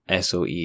SOE